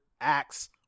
acts